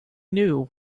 knew